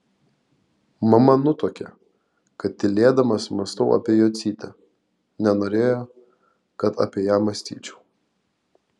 mama nutuokė kad tylėdamas mąstau apie jocytę nenorėjo kad apie ją mąstyčiau